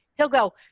he'll go,